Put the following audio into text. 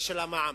של המע"מ.